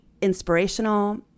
inspirational